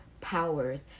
powers